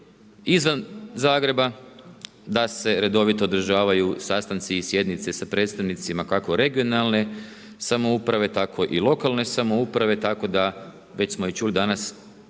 izvan Zagreba, da se redovito održavaju sastanci i sjednice sa predstavnicima, kako regionalne samouprave, tako i lokalne samouprave tako da već smo i čuli danas,